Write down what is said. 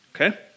okay